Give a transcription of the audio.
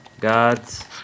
gods